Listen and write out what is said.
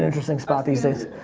interesting spot these days.